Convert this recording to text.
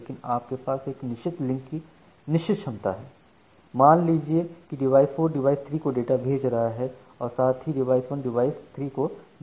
लेकिन आपके पास इस निश्चित लिंक की निश्चित क्षमता है मान लें कि D4 D3 को डेटा भेज रहा है और साथ ही D1 D3 को डेटा भेज रहा है